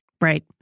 Right